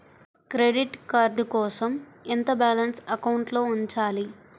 Credit card కోసం ఎంత balance అకౌంట్లో ఉంచాలి?